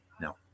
No